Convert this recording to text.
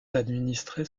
administrées